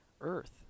earth